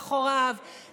ואנחנו מאריכים אותה לעשר